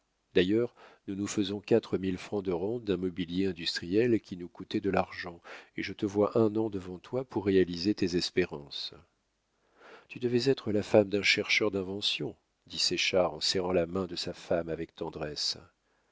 d'ailleurs nous nous faisons quatre mille francs de rente d'un mobilier industriel qui nous coûtait de l'argent et je te vois un an devant toi pour réaliser tes espérances tu devais être la femme d'un chercheur d'inventions dit séchard en serrant la main de sa femme avec tendresse